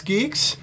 Geeks